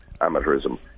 amateurism